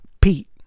Pete